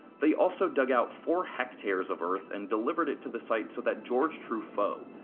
they also dug-out four hectares of earth and delivered it to the site so that george truffaut,